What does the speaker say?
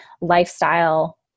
lifestyle